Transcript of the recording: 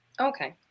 Okay